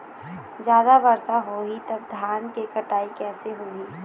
जादा वर्षा होही तब धान के कटाई कैसे होही?